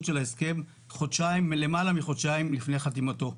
של ההסכם למעלה מחודשיים לפני חתימתו.